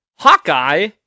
Hawkeye